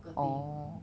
orh